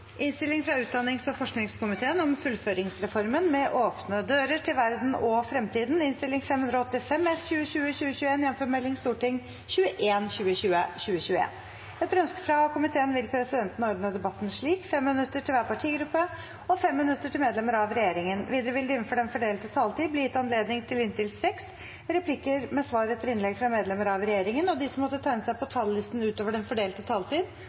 slik: 5 minutter til hver partigruppe og 5 minutter til medlemmer av regjeringen. Videre vil det – innenfor den fordelte taletid – bli gitt anledning til inntil seks replikker med svar etter innlegg fra medlemmer av regjeringen, og de som måtte tegne seg på talerlisten utover den fordelte taletid,